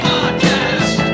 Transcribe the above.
Podcast